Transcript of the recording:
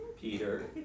Peter